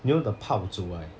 you know the 炮竹 right